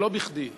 ולא בכדי: